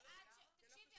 כי עד --- תקשיבי,